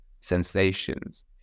sensations